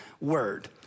word